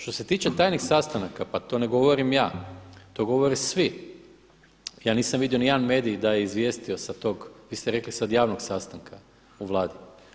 Što se tiče tajnih sastanaka, pa to ne govorim ja, to govore svi, ja nisam vidio nijedan medij da je izvijestio sa tog, vi ste rekli sad javnog sastanka u Vladi.